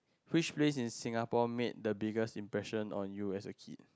which place in Singapore made the biggest impression on you as a kid